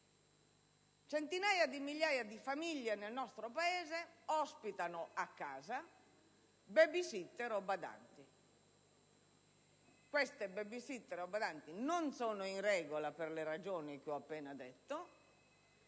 centinaia di migliaia di famiglie nel nostro Paese ospitano a casa *babysitter* o badanti; queste *babysitter* o badanti non sono in regola, per le ragioni che ho appena detto.